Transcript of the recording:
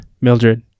Mildred